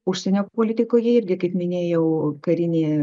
užsienio politikoje irgi kaip minėjau karinė